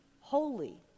holy